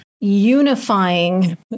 unifying